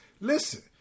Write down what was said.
listen